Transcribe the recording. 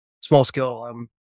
small-scale